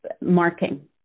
marking